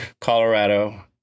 Colorado